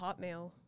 Hotmail